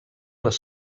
les